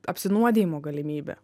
apsinuodijimo galimybė